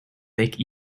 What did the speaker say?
make